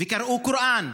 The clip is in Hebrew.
וקראו קוראן.